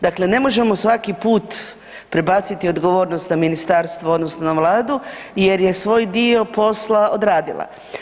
Dakle, ne možemo svaki put prebaciti odgovornost na ministarstvo odnosno na Vladu jer je svoj dio posla odradila.